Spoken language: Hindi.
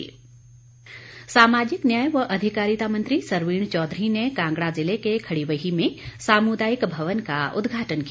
सरवीण चौधरी सामाजिक न्याय व अधिकारिता मंत्री सरवीण चौधरी ने कांगड़ा जिले के खड़ीवही में सामुदायिक भवन का उदघाटन किया